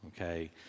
okay